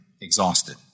exhausted